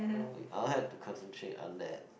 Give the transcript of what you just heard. wait I'll have to concentrate on that